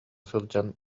сылдьан